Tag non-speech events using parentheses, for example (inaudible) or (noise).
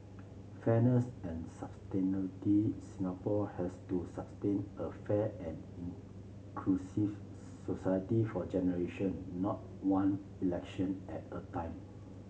fairness and (unintelligible) Singapore has to sustain a fair and inclusive society for generation not one election at a time